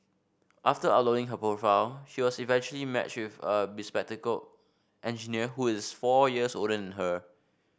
after uploading her profile she was eventually matched with a bespectacled engineer who is four years older and her